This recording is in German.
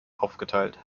aufgeteilt